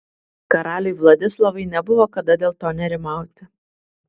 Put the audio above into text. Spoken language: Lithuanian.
karaliui vladislovui nebuvo kada dėl to nerimauti